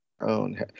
own